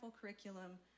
curriculum